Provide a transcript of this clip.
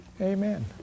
Amen